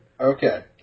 Okay